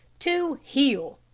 to heel!